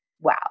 wow